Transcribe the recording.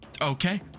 Okay